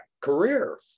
career